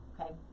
okay